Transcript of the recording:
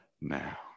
now